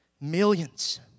Millions